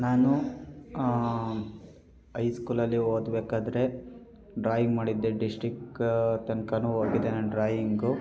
ನಾನು ಐ ಸ್ಕೂಲಲ್ಲಿ ಓದಬೇಕಾದ್ರೆ ಡ್ರಾಯಿಂಗ್ ಮಾಡಿದ್ದೆ ಡಿಸ್ಟ್ರಿಕ್ ತನಕನೂ ಹೋಗಿದ್ದೆ ನಾನು ಡ್ರಾಯಿಂಗು